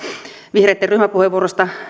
vihreitten ryhmäpuheenvuorosta